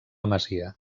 masia